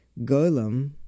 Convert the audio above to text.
golem